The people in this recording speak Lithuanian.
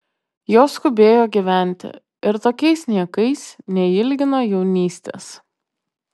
jos skubėjo gyventi ir tokiais niekais neilgino jaunystės